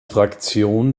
fraktion